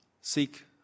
seek